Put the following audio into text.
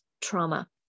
trauma